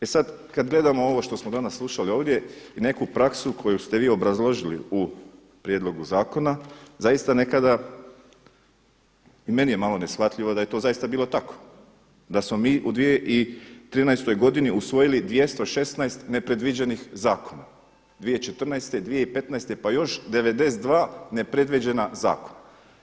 E sada kada gledamo ovo što smo danas slušali ovdje i neku praksu koju ste vi obrazložili u prijedlogu zakona, zaista nekada i meni je malo neshvatljivo da je to zaista bilo tako, da smo mi u 2013. godini usvojili 216 nepredviđenih zakona, 2014., 2015. pa još 92 nepredviđena zakona.